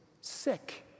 sick